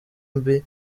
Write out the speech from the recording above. mbi